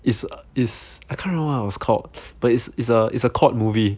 is is I can't remember what it was called but it's it's a it's a court movie